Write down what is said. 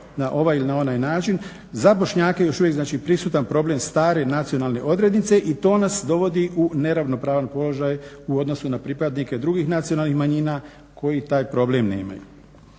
na ovaj ili na onaj način. Za Bošnjake je još uvijek znači prisutan problem stare nacionalne odrednice i to nas dovodi u neravnopravan položaj u odnosu na pripadnike drugih nacionalnih manjina koji taj problem nemaju.